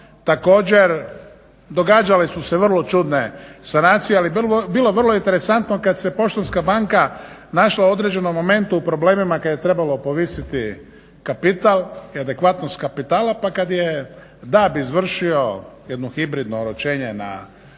Također događale su se vrlo čudne sanacije ali je bilo vrlo interesantno kada se Poštanska banka našla u određenom momentu u problemima kada je trebalo povisiti kapital i adekvatnost kapitala pa kad je DAB izvršio jedno hibridno oročene na pet